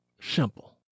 Simple